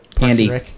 Andy